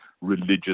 religious